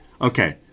okay